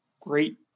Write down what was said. great